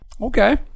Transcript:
Okay